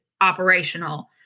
operational